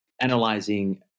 analyzing